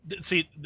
See